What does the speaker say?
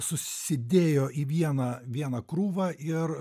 susidėjo į vieną vieną krūvą ir